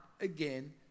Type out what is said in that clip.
again